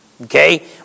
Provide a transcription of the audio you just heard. Okay